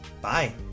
bye